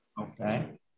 Okay